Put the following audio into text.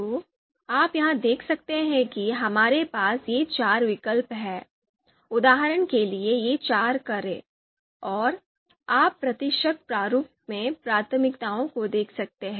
तो आप यहां देख सकते हैं कि हमारे पास ये चार विकल्प हैं उदाहरण के लिए ये चार कारें और आप प्रतिशत प्रारूप में प्राथमिकताओं को देख सकते हैं